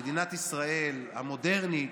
שמדינת ישראל המודרנית,